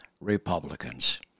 Republicans